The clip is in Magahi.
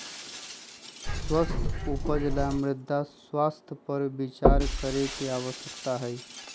स्वस्थ उपज ला मृदा स्वास्थ्य पर विचार करे के आवश्यकता हई